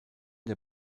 der